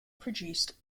produced